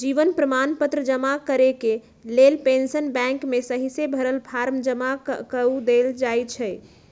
जीवन प्रमाण पत्र जमा करेके लेल पेंशन बैंक में सहिसे भरल फॉर्म जमा कऽ देल जाइ छइ